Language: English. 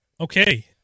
okay